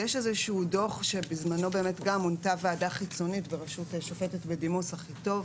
יש איזשהו דוח שבזמנו מונתה ועדה חיצונית בראשות שופטת בדימוס אחיטוב